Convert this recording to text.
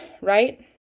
Right